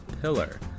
Pillar